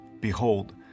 behold